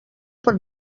pot